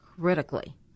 critically